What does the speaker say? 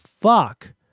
fuck